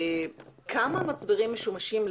אני מנסה להבין כמה מצברים משומשים,